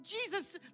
Jesus